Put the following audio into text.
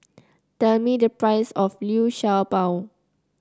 tell me the price of Liu Sha Bao